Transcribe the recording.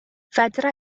fedra